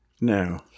No